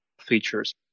features